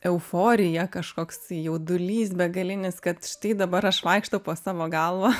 euforija kažkoks jaudulys begalinis kad štai dabar aš vaikštau po savo galvą